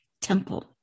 temple